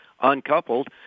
uncoupled